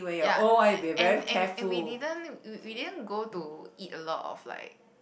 ya and and and we didn't we didn't go to eat a lot of like